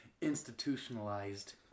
institutionalized